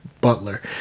Butler